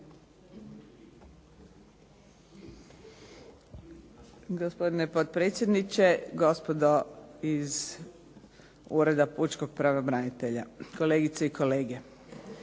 Gospodine potpredsjedniče, gospodo iz Ureda pučkog pravobranitelja, kolegice i kolege.